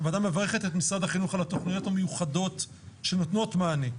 הוועדה מברכת את משרד החינוך על התוכניות המיוחדות שנותנות מענה.